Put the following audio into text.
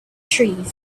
trees